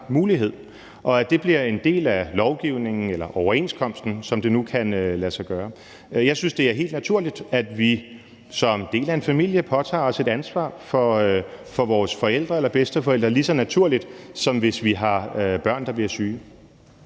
og at det bliver en del af lovgivningen eller overenskomsten, som det nu kan lade sig gøre. Jeg synes, det er helt naturligt, at vi som del af en familie påtager os et ansvar for vores forældre eller bedsteforældre – lige så naturligt, som hvis vi har børn, der bliver syge.